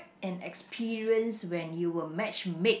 an experience when you were match mate